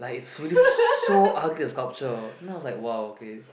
like it's really so ugly the sculpture then I was like !wow! okay